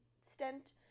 stent